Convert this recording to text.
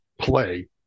play